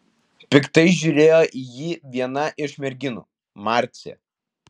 piktai žiūrėjo į jį viena iš merginų marcė